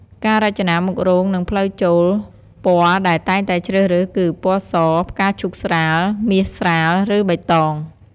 ការរចនាមុខរោងនិងផ្លូវចូលពណ៌ដែលតែងតែជ្រើសរើសគឺ ពណ៌ស, ផ្កាឈូកស្រាល, មាសស្រាល ឬបៃតង។